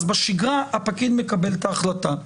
בשגרה הפקיד מקבל את ההחלטה.